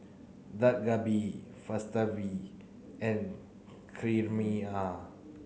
Dak Galbi Falafel and